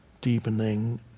deepening